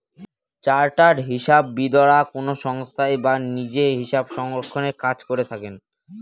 chartered হিসাববিদরা কোনো সংস্থায় বা নিজে হিসাবরক্ষনের কাজ করে থাকেন